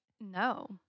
No